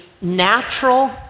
natural